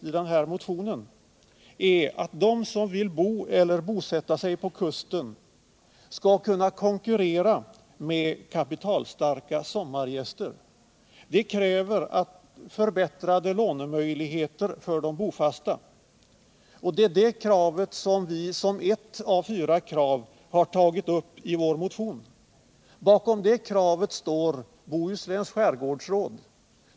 iden här motionen är att de som vill bosätta sig vid kusten skall kunna konkurrera med kapitalstarka sommargäster. Det kräver förbättrade lånemöjligheter för den bofasta befolkningen. Detta är ett av de fyra kraven i vår motion. Bakom det kravet står Bohusläns skärgårdsråd.